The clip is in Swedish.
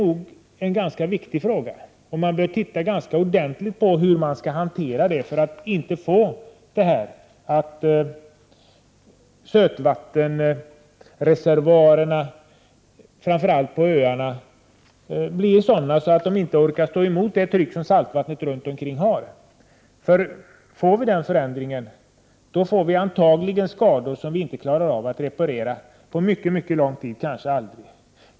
Det är emellertid en viktig fråga, och man bör ta ställning till hur denna fråga skall hanteras, så att sötvattenreservoarerna framför allt på öar inte drabbas på ett sådant sätt att de inte orkar stå emot trycket från saltvattnet runt omkring. Om denna förändring sker, blir skadorna förmodligen av den omfattningen att man inte klarar av att reparera dem på mycket lång tid, kanske aldrig.